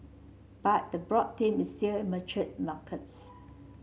but the broad is still mature markets